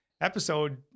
episode